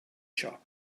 shop